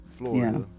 florida